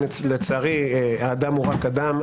לצערי האדם הוא רק אדם,